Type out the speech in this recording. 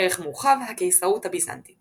ערך מורחב – הקיסרות הביזנטית